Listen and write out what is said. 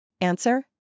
Answer